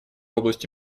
области